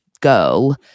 girl